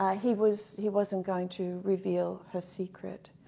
ah he was he wasn't going to reveal her secret.